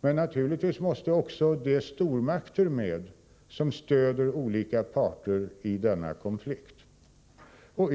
Naturligtvis måste också de stormakter som stöder olika parter i denna konflikt vara med.